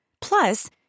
Plus